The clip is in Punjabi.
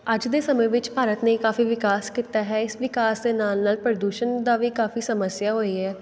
ਅੱਜ ਦੇ ਸਮੇਂ ਵਿੱਚ ਭਾਰਤ ਨੇ ਕਾਫ਼ੀ ਵਿਕਾਸ ਕੀਤਾ ਹੈ ਇਸ ਵਿਕਾਸ ਦੇ ਨਾਲ ਨਾਲ ਪ੍ਰਦੂਸ਼ਣ ਦਾ ਵੀ ਕਾਫ਼ੀ ਸਮੱਸਿਆ ਹੋਈ ਹੈ